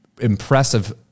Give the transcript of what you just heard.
impressive